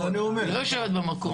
היא לא יושבת במקום.